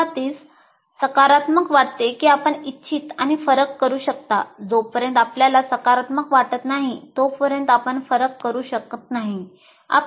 सुरूवातीस सकारात्मक वाटते की आपण 'इच्छित' आणि 'फरक' करू शकता जोपर्यंत आपल्याला सकारात्मक वाटत नाही तोपर्यंत आपण फरक करू शकत नाही